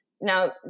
Now